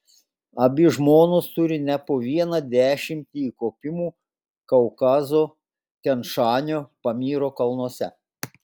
abi žmonos turi ne po vieną dešimtį įkopimų kaukazo tian šanio pamyro kalnuose